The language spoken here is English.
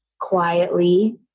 quietly